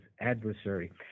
adversary